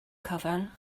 cyfan